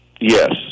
Yes